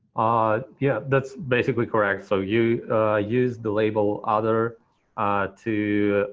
ah yeah, that's basically correct. so you use the label other to